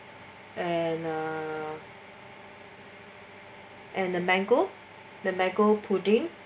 and uh and the mango the mango pudding